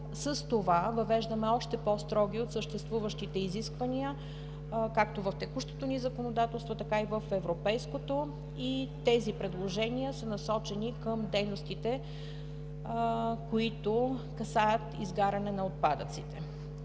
с това въвеждаме още по строги от съществуващите изисквания както в текущото ни законодателство, така и в европейското, и тези предложения са насочени към дейностите, които касаят изгаряне на отпадъците.